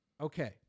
Okay